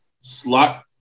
slot